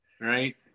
Right